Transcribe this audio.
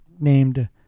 named